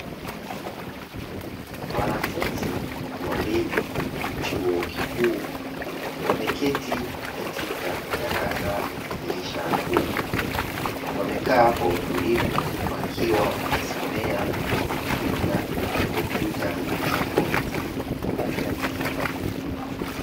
Wanafunzi wawili wa chuo kikuu, wameketi katika darasa lenye dirisha kubwa; wamekaa kwa utulivu wakiwa wanajisomea kwa kutumia kompyuta zilizopo mezani.